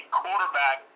quarterback